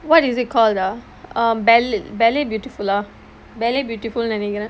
what is it called ah um ballad bellet beautiful ah ballet beautiful நினைக்கிறேன்:ninaikkiraen